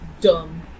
Dumb